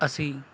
ਅਸੀਂ